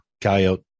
coyote